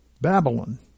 Babylon